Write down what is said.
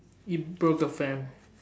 you broke a fan